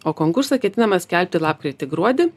o konkursą ketinama skelbti lapkritį gruodį